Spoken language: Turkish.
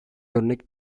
örnek